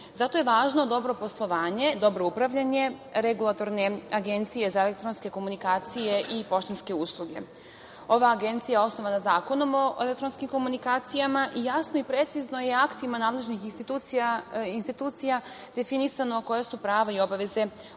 je važno dobro poslovanje, dobro upravljanje Regulatorne agencije za elektronske komunikacije i poštanske usluge. Ova agencija je osnovana Zakonom o elektronskim komunikacijama i jasno i precizno je aktima nadležnih institucija definisano koja su prava i obaveze ove